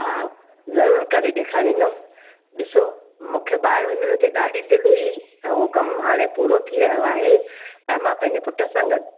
हा ज़रूरु करे ॾेखारींदमि ॾिसो मूंखे ॿाहिर वञण ते ॾाढी दिलि हुई ऐं उहो कमु हाणे पूरो थी रहियो आहे ऐं मां पंहिंजे पुट सां गॾु